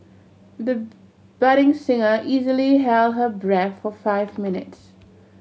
the budding singer easily held her breath for five minutes